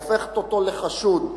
הופכת אותו לחשוד,